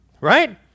Right